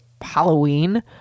Halloween